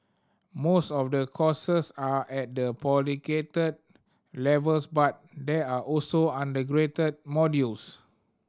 most of the courses are at the postgraduate levels but there are also undergraduate modules